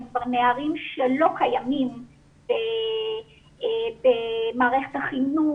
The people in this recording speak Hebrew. כבר נערים שלא קיימים במערכת החינוך,